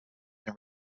and